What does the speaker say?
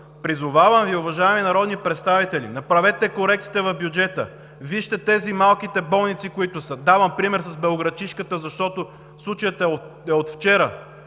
Призовавам Ви, уважаеми народни представители, направете корекциите в бюджета, вижте малките болници, които са – давам пример с белоградчишката, защото случаят е от вчера.